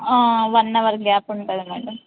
one hour gap ఉంటుంది madam